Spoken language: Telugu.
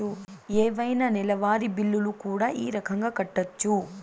ఏవైనా నెలవారి బిల్లులు కూడా ఈ రకంగా కట్టొచ్చు